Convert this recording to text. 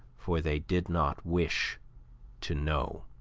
for they did not wish to know.